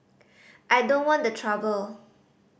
I don't want the trouble